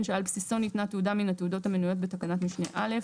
שעל בסיסו ניתנה תעודה מן התעודות המנויות בתקנת משנה (א),